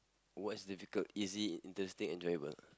what's difficult easy interesting enjoyable